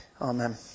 Amen